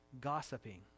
gossiping